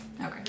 Okay